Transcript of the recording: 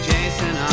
Jason